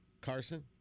carson